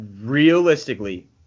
realistically